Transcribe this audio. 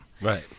right